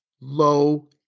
low